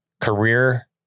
career